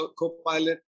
co-pilot